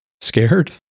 Scared